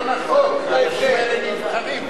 יחי ההבדל.